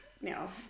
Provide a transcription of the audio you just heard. No